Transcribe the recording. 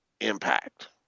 impact